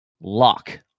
lock